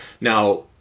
Now